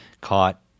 caught